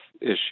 issue